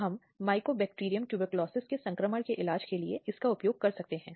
अब इसके अलावा कई अन्य अपराध हैं जिन्हें 2013 के माध्यम से शामिल किया गया है